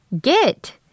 Get